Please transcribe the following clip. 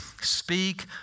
speak